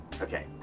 Okay